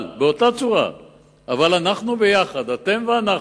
אבל אנחנו יחד, אתם ואנחנו,